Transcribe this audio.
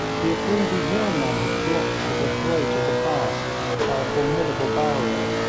the afreedi hill men had blocked the throat of the pass by a formidable barrier,